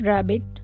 Rabbit